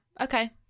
Okay